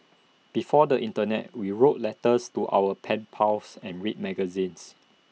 before the Internet we wrote letters to our pen pals and read magazines